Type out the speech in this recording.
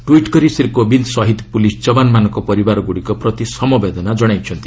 tweet କରି ଶ୍ରୀ କୋବିନ୍ଦ୍ ଶହୀଦ୍ police ଯବାନମାନଙ୍କ ପରିବାରଗୁଡ଼ିକ ପ୍ରତି ସମବେଦନା ଜଣାଇଛନ୍ତି